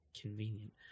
Convenient